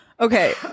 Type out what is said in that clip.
Okay